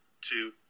two